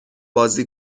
بازی